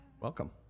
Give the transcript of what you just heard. welcome